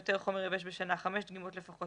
יותר חומר יבש בשנה חמש דגימות לפחות,